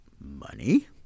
money